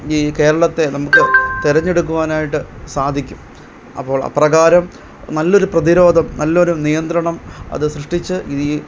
ഈ കേരളത്തെ നമുക്ക് തിരഞ്ഞെടുക്കുവാനായിട്ട് സാധിക്കും അപ്പോൾ അപ്രകാരം നല്ലൊരു പ്രതിരോധം നല്ലൊരു നിയന്ത്രണം അത് സൃഷ്ടിച്ച് ഇനി